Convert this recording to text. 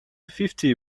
fifty